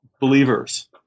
believers